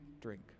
drink